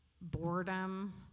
boredom